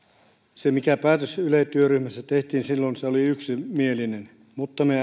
se mikä päätös ylen työryhmässä tehtiin silloin oli yksimielinen mutta me